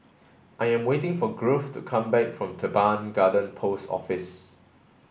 I am waiting for Grove to come back from Teban Garden Post Office